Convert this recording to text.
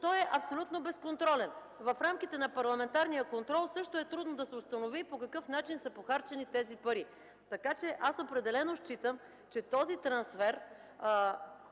той е абсолютно безконтролен. В рамките на парламентарния контрол също е трудно да се установи по какъв начин са похарчени тези пари. Определено считам, че този трансфер